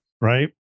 Right